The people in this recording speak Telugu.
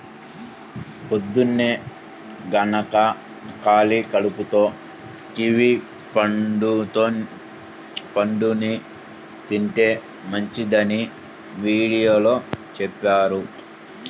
పొద్దన్నే గనక ఖాళీ కడుపుతో కివీ పండుని తింటే మంచిదని వీడియోలో చెప్పారు